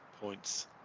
points